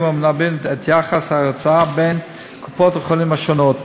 או מנבאים את יחס ההוצאה בין קופות-החולים השונות,